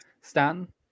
stan